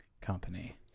Company